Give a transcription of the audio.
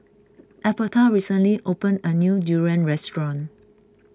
Alberta recently opened a new durian restaurant